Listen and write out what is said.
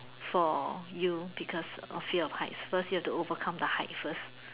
for you because of fear of heights cause you have to overcome the height first